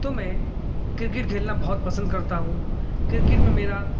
تو میں کرکٹ کھیلنا بہت پسند کرتا ہوں کرکٹ میں میرا